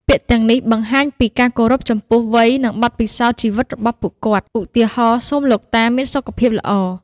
ពាក្យទាំងនេះបង្ហាញពីការគោរពចំពោះវ័យ និងបទពិសោធន៍ជីវិតរបស់ពួកគាត់ ឧទាហរណ៍ សូមលោកតាមានសុខភាពល្អ។